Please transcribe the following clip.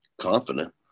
confident